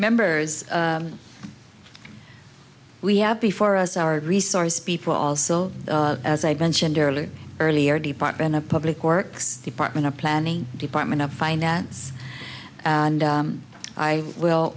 members we have before us our resource people also as i mentioned earlier earlier department of public works department of planning department of finance and i will